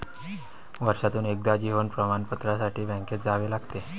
वर्षातून एकदा जीवन प्रमाणपत्रासाठी बँकेत जावे लागते